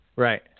right